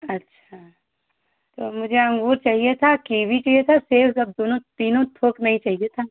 अच्छा तो मुझे अंगूर चाहिए था कीवी चिए था सेब सब दोनों तीनों थोक में ही चाहिए था